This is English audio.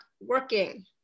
working